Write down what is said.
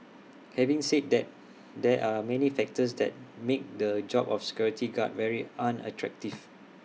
having said that there are many factors that make the job of security guard very unattractive